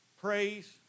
praise